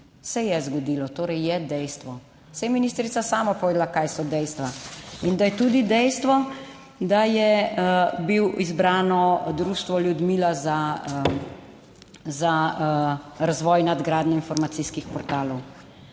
Se je zgodilo, torej je dejstvo, saj je ministrica sama povedala kaj so dejstva. In da je tudi dejstvo, da je bilo izbrano društvo Ljudmila za razvoj in nadgradnjo informacijskih portalov.